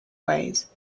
ways